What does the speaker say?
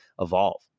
evolve